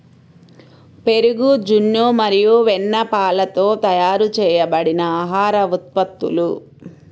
పెరుగు, జున్ను మరియు వెన్నపాలతో తయారు చేయబడిన ఆహార ఉత్పత్తులు